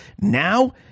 Now